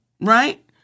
right